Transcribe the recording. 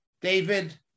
David